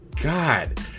God